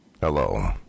Hello